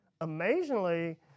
Amazingly